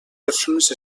persones